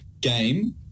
game